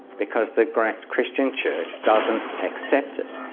because the grand christian church doesn't accept it.